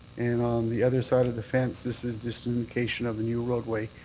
and on the other side of the fence, this is just an indication of the new roadway,